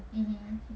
mmhmm